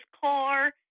car